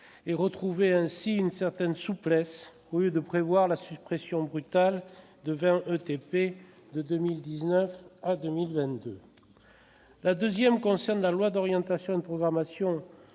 et retrouver ainsi une certaine souplesse au lieu de prévoir la suppression de vingt équivalents temps plein de 2019 à 2022. La deuxième concerne la loi d'orientation et de programmation